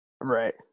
Right